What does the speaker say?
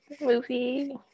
movie